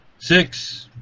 six